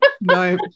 no